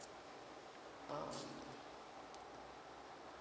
um